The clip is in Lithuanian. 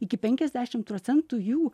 iki penkiasdešimt procentų jų